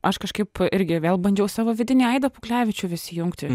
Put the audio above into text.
aš kažkaip irgi vėl bandžiau savo vidinį aidą puklevičių vis įjungti